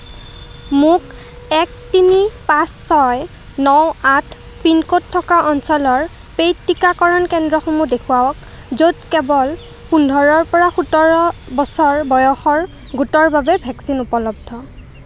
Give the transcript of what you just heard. মোক এক তিনি পাঁচ ছয় ন আঠ পিনক'ড থকা অঞ্চলৰ পে'ইড টিকাকৰণ কেন্দ্ৰসমূহ দেখুৱাওক য'ত কেৱল পোন্ধৰৰ পৰা সোতৰ বছৰ বয়সৰ গোটৰ বাবে ভেকচিন উপলব্ধ